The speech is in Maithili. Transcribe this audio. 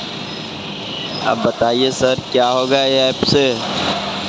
जंगल लगैला सँ बातावरण ठीक रहै छै